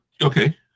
okay